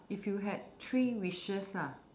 if you had three wishes lah